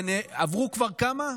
ועברו כבר כמה?